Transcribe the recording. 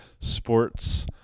sports